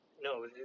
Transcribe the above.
no